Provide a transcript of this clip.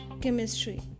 chemistry